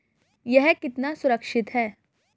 यह कितना सुरक्षित है?